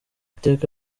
iteka